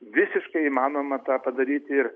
visiškai įmanoma tą padaryti ir